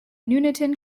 nuneaton